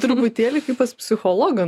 truputėlį kaip pas psichologą